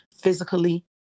physically